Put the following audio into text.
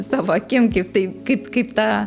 savo akim kaip tai kaip kaip ta